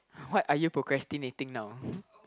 what are you procrastinating now